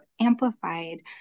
amplified